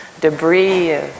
debris